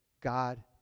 God